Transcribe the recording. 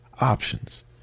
options